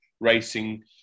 racing